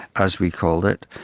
as we called it.